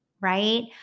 right